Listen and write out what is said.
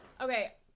Okay